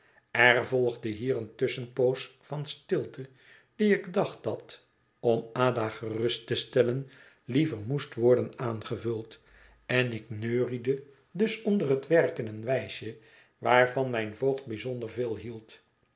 er volgde hier eene tusschenpoos van stilte die ik dacht dat om ada gerust te stellen liever moest worden aangevuld en ik neuriede dus onder het werken een wijsje waarvan mijn voogd bijzonder veel hield